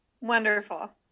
Wonderful